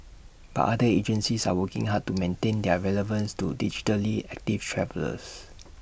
but other agencies are working hard to maintain their relevance to digitally active travellers